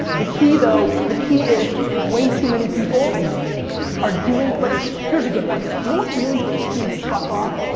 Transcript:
the key though, the key is way too many people are doing, like here's a good one. you know what really pissed me the fuck off?